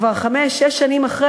כבר חמש-שש שנים אחרי,